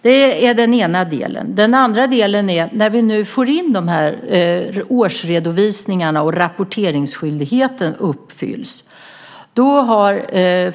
Det är den ena delen. Sedan har vi den andra delen - när vi nu får in de här årsredovisningarna och rapporteringsskyldigheten uppfylls.